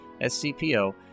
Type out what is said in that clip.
SCPO